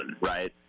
right